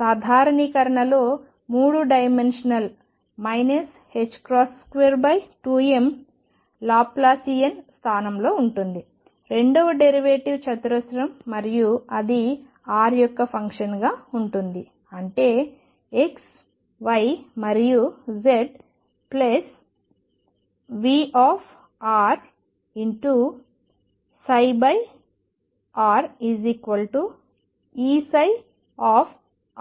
సాధారణీకరణలో 3 dimensional 22m Laplacian స్థానంలో ఉంటుంది రెండవ డెరివేటివ్ చతురస్రం మరియు అది r యొక్క ఫంక్షన్ గా ఉంటుంది అంటే x y మరియు z ప్లస్ V ψ Eψకి సమానం